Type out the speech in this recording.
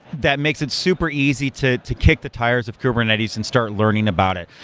that makes it super easy to to kick the tires of kubernetes and start learning about it.